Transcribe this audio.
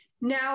now